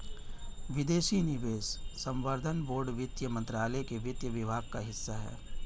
विदेशी निवेश संवर्धन बोर्ड वित्त मंत्रालय के वित्त विभाग का हिस्सा है